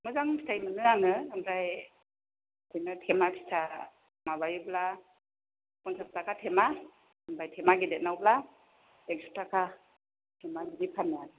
मोजां फिथाइ मोनो आङो आमफ्राइ बिदिनो थेमा फिसा माबायोब्ला पन्चास टाका थेमा आमफ्राइ थेमा गेदेरनावब्ला एक्स' टका थेमा बिदि फानो आरो